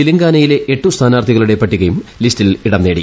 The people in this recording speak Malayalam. തെലങ്കാനയിലെ എട്ട് സ്ഥാനാർത്ഥികളുടെ പട്ടികയും ലിസ്റ്റിൽ ഇടം നേടി